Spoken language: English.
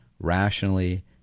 rationally